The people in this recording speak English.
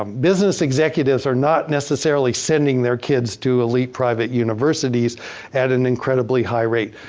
um business executives are not necessarily sending their kids to elite private universities at an incredibly high rate.